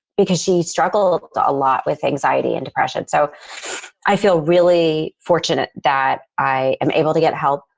because she struggled a lot with anxiety and depression. so i feel really fortunate that i am able to get help,